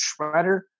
Shredder